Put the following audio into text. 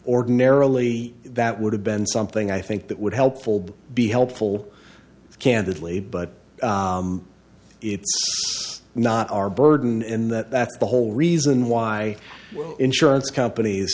ordinarily that would have been something i think that would helpful be helpful candidly but it's not our burden and that's the whole reason why insurance companies